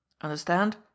Understand